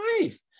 life